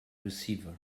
receiver